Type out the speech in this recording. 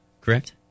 correct